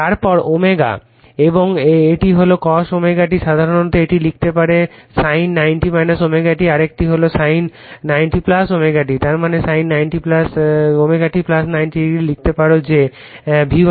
তারপর ω এবং এই হল cos ω t সাধারণত একটি লিখতে পারে sin 90o ω t আরেকটি হল sin 90o ω t তার মানে sin ω t 90 o লিখতে পারে যা V1